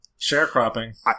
sharecropping